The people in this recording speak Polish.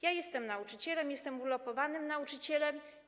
Ja jestem nauczycielem, jestem urlopowanym nauczycielem.